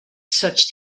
such